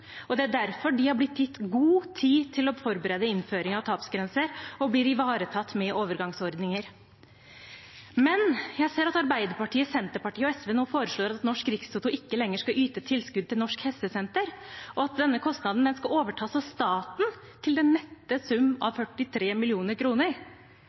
og det er derfor de har blitt gitt god tid til å forberede innføring av tapsgrense og blir ivaretatt med overgangsordninger. Jeg ser at Arbeiderpartiet, Senterpartiet og SV nå foreslår at Norsk Rikstoto ikke lenger skal yte tilskudd til Norsk Hestesenter, og at denne kostnaden skal overtas av staten til den nette sum